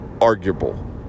arguable